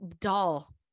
dull